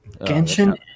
Genshin